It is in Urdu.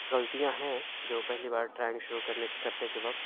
غلطیاں ہیں جو پہلی بار ڈرائنگ شروع کرنے کرتے کے وقت